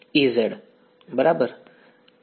Ez બરાબર